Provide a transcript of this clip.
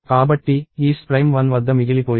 కాబట్టి E's prime 1 వద్ద మిగిలిపోయింది